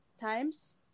times